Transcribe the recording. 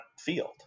field